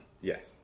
Yes